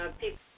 people